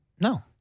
No